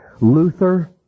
Luther